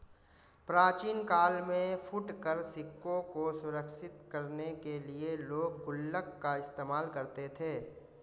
प्राचीन काल में फुटकर सिक्कों को सुरक्षित करने के लिए लोग गुल्लक का इस्तेमाल करते थे